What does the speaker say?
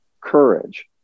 courage